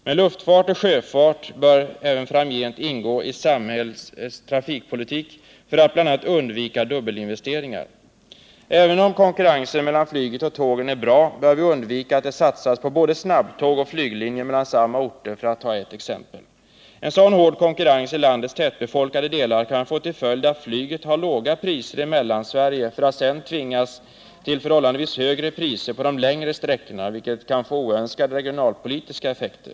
Men luftfart och sjöfart bör även framgent ingå i samhällets trafikpolitik, bl.a. för att man skall undvika dubbelinvesteringar. Även om konkurrensen mellan flyget och tågen är bra bör vi undvika att det satsas på både snabbtåg och flyglinjer mellan samma orter — för att ta ett exempel. En sådan hård konkurrens i landets tätbefolkade delar kan få till följd att flyget har låga priser i Mellansverige för att sedan tvingas till förhållandevis högre priser på de längre sträckorna, vilket kan få oönskade regionalpolitiska effekter.